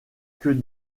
que